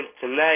tonight